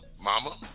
mama